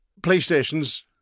PlayStations